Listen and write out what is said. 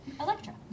Electra